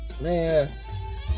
man